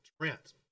Trent